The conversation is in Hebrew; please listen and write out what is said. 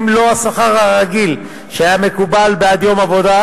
מלוא השכר הרגיל שהיה מקובל בעד יום עבודה,